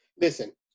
Listen